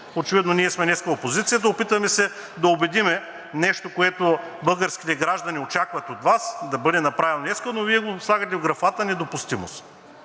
Очевидно ние сме днес опозицията. Опитваме се да убедим нещо, което българските граждани очакват от Вас да бъде направено днес, но Вие го слагате в графата „недопустимост“,